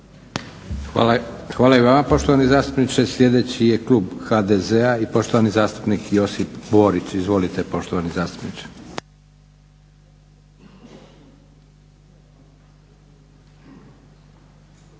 Hvala i vama poštovani zastupniče. Sljedeći klub je klub HNS-a i poštovani zastupnik Ivica Mandić. Izvolite poštovani zastupniče.